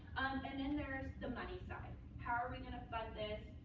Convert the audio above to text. and then there's the money side. how are we going to fund this?